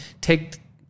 take